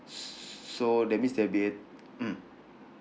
s~ s~ so that means there'll be a mm